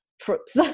troops